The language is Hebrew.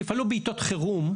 שיפעלו בעתות חירום,